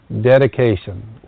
dedication